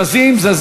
כל הזמן זזים.